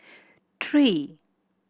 three